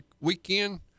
weekend